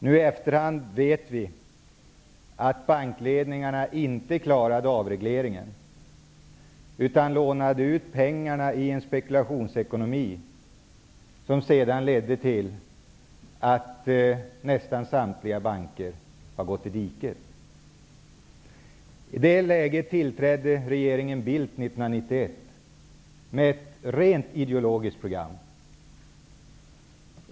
Nu, i efterhand, vet vi att bankledningarna inte klarade avregleringen. I stället lånade de ut pengarna i en spekulationsekonomi som sedan ledde till att nästan samtliga banker hamnat i diket. I det läget tillträdde regeringen Bildt 1991 med ett rent ideologiskt program.